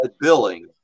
billing